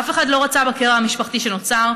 אף אחד לא רצה בקרע המשפחתי שנוצר,